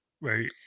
right